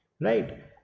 Right